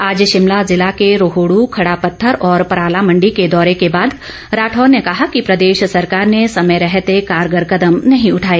आज शिमला जिला के रोहडु खड़ा पत्थर और पराला मंडी के दौरे के बाद राठौर ने कहा कि प्रदेश सरकार ने समय रहते कारगर कदम नहीं उठाए